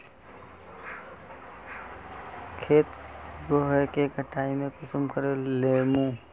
खेत उगोहो के कटाई में कुंसम करे लेमु?